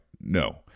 no